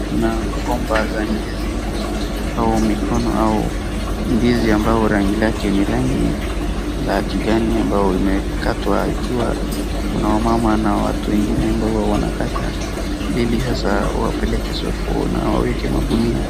Kuna mgomba za ndizi au mikono au ndizi ambao rangi lake ni rangi la kijani ambao umekatwa, ikiwa kuna wamama na watu wengine ambao wanakata, ili hasa wapeleke sokoni waweke magunia.